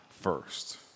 first